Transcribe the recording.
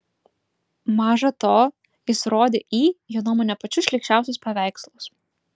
maža to jis rodė į jo nuomone pačius šlykščiausius paveikslus